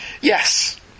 Yes